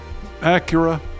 Acura